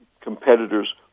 competitors